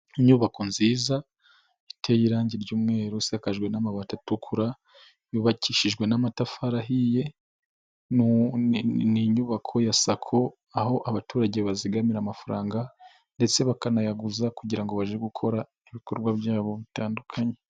Inyubako nziza iteye irangi ry'umweru isakajwe n'amabati atukura, yubakishijwe n'amatafari ahiye, ni inyubako ya SACCO, aho abaturage bazigamira amafaranga ndetse bakanayaguza kugira ngo baje gukora ibikorwa byabo bitandukanye.